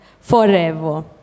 forever